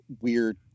weird